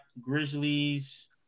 Grizzlies